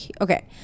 okay